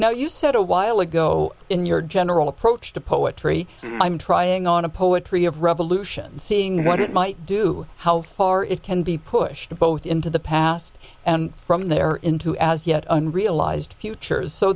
now you said a while ago in your general approach to poetry i'm trying on a poetry of revolution seeing what it might do how far it can be pushed both into the path and from there into as yet unrealized futures so